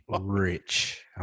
Rich